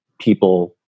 people